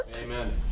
Amen